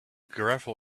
gravel